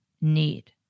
need